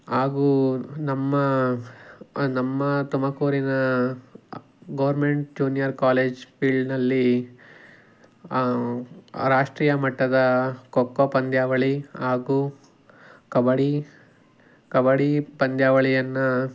ಹಾಗೂ ನಮ್ಮ ನಮ್ಮ ತುಮಕೂರಿನ ಗೋರ್ಮೆಂಟ್ ಜೂನಿಯರ್ ಕಾಲೇಜ್ ಫೀಲ್ಡ್ನಲ್ಲಿ ರಾಷ್ಟ್ರೀಯ ಮಟ್ಟದ ಖೋ ಖೋ ಪಂದ್ಯಾವಳಿ ಹಾಗೂ ಕಬಡ್ಡಿ ಕಬಡ್ಡಿ ಪಂದ್ಯಾವಳಿಯನ್ನು